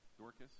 Dorcas